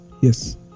Yes